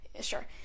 sure